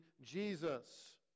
Jesus